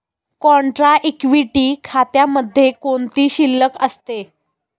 Contra equity खात्यामध्ये कोणती शिल्लक असते?